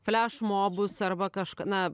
flešmobus arba kažką na